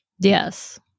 Yes